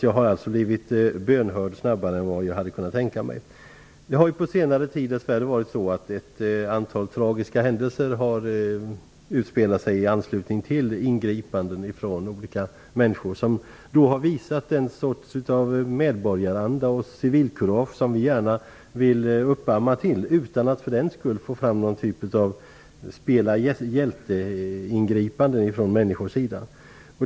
Jag har blivit bönhörd snabbare än vad jag hade kunnat tänka mig. På senare tid har ett antal tragiska händelser dess värre utspelat sig i anslutning till ingripanden från olika människor. De har visat en medborgaranda och ett civilkurage som vi gärna vill uppamma utan att för den skull få fram hjälteingripanden från människors sida.